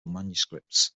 manuscripts